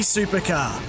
Supercar